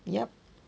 yup